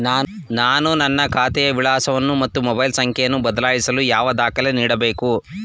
ನಾನು ನನ್ನ ಖಾತೆಯ ವಿಳಾಸವನ್ನು ಮತ್ತು ಮೊಬೈಲ್ ಸಂಖ್ಯೆಯನ್ನು ಬದಲಾಯಿಸಲು ಯಾವ ದಾಖಲೆ ನೀಡಬೇಕು?